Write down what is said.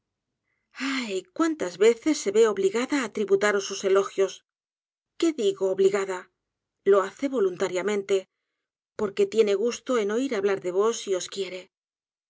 ah cuántas veces se ve obligada á tributaros sus elogios qué digo obligada lo hace voluntariamente porque tiene gusto ea oir hablar de vos y os quiere